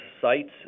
sites